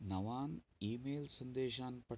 Nawan email सन्देशान् पठ